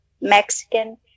Mexican